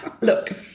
look